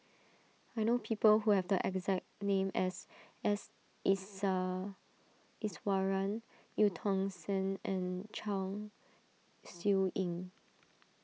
I know people who have the exact name as S Isa Iswaran Eu Tong Sen and Chong Siew Ying